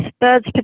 birds